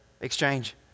exchange